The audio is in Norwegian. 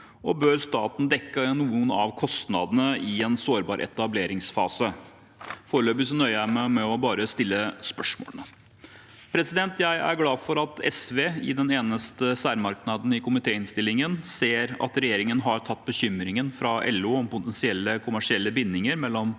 Bør staten dekke noen av kostnadene i en sårbar etableringsfase? Foreløpig nøyer jeg meg med bare å stille spørsmålene. Jeg er glad for at SV i den eneste særmerknaden i komitéinnstillingen ser at regjeringen har tatt bekymringen fra LO om potensielle kommersielle bindinger mellom